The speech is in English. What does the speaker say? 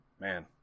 man